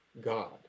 God